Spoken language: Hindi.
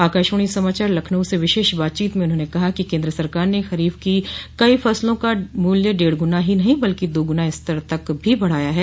आकाशवाणी समाचार लखनऊ से विशेष बातचीत में उन्होंने कहा कि केन्द्र सरकार ने खरीफ की कई फसलों का मूल्य डेढ़ गुना ही नहीं बल्कि दो गुना स्तर तक भी बढ़ाया है